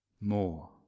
more